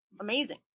amazing